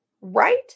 right